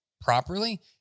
properly